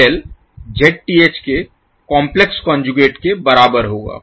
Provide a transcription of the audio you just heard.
ZL Zth के complex conjugate के बराबर होगा